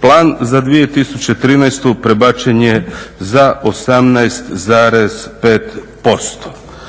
Plan za 2013. prebačen je za 18,5%.